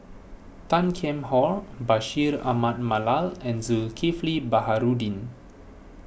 Tan Kheam Hock Bashir Ahmad Mallal and Zulkifli Baharudin